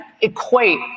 equate